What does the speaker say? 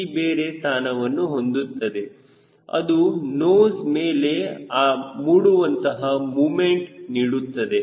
G ಬೇರೆ ಸ್ಥಾನವನ್ನು ಹೊಂದುತ್ತದೆ ಅದು ನೋಸ್ ಮೇಲೆ ಮಾಡುವಂತಹ ಮೊಮೆಂಟ್ ನೀಡುತ್ತದೆ